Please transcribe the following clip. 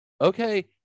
Okay